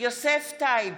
יוסף טייב,